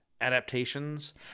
adaptations